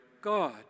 God